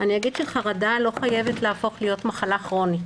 אני אגיד שחרדה לא חייבת להפוך להיות מחלה כרונית,